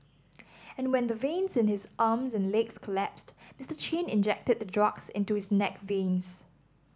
and when the veins in his arms and legs collapsed Mister Chin injected the drugs into his neck veins